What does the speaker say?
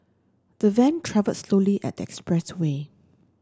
the van travelled slowly on the expressway